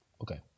Okay